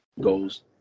goals